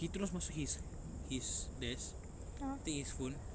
he terus masuk his his desk take his phone